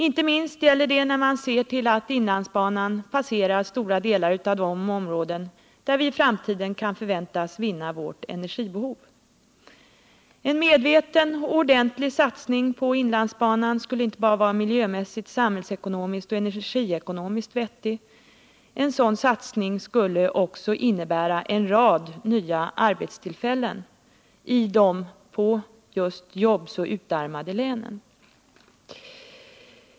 Inte minst gäller det när man ser att inlandsbanan passerar stora delar av de områden där vi i framtiden kan förväntas utvinna vår energi. En medveten och ordentlig satsning på inlandsbanan skulle inte bara vara miljömässigt, samhällsekonomiskt och energiekonomiskt vettig — en sådan satsning skulle också innebära en rad nya arbetstillfällen i de på jobb så utarmade länen.